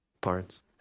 Parts